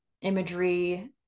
imagery